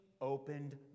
opened